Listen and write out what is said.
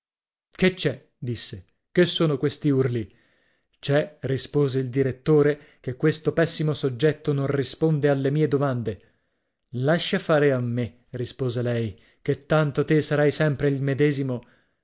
che c'è disse che sono questi urli c'è rispose il direttore che questo pessimo soggetto non risponde alle mie domande lascia fare a me rispose lei ché tanto te sarai sempre il medesimo